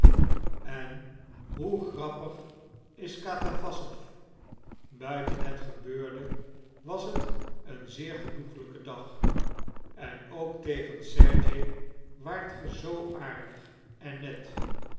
en hoe grappig is katawassow buiten het gebeurde was het een zeer genoeglijke dag en ook tegen sergej waart ge zoo aardig en net